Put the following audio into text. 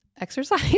Exercise